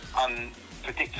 unpredictable